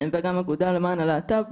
וגם האגודה למען הלהט"ב